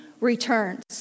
returns